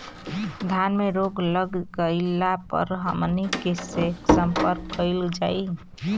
धान में रोग लग गईला पर हमनी के से संपर्क कईल जाई?